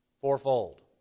Fourfold